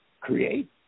create